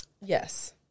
Yes